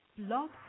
Love